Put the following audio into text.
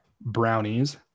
Brownies